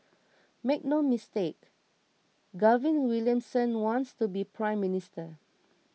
make no mistake Gavin Williamson wants to be Prime Minister